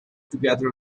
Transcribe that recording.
together